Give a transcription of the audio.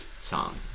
song